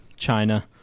China